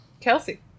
Kelsey